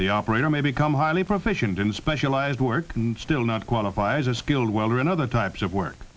the operator may become highly proficient in specialized work and still not qualify as a skilled welder in other types of work